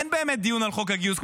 אין באמת דיון על חוק הגיוס.